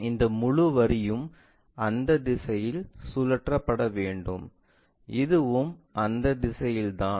இந்த முழு வரியும் அந்த திசையில் சுழற்றப்பட வேண்டும் இதுவும் அந்த திசையில் தான்